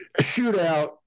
shootout